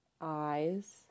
eyes